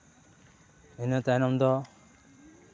ᱤᱱᱟᱹ ᱛᱟᱭᱱᱚᱢ ᱫᱚ